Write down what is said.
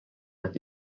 with